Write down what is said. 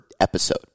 episode